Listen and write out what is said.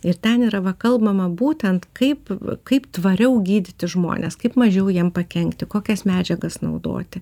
ir ten yra va kalbama būtent kaip kaip tvariau gydyti žmones kaip mažiau jiem pakenkti kokias medžiagas naudoti